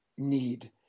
need